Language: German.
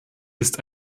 ist